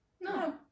No